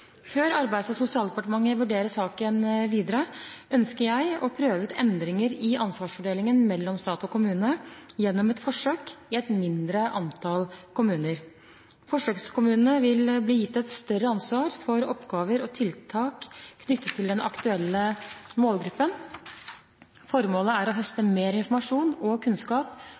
Før Arbeids- og sosialdepartementet vurderer saken videre, ønsker jeg å prøve ut endringer i ansvarsfordelingen mellom stat og kommune gjennom et forsøk i et mindre antall kommuner. Forsøkskommunene vil bli gitt et større ansvar for oppgaver og tiltak knyttet til den aktuelle målgruppen. Formålet er å høste mer informasjon og kunnskap